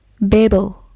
Babel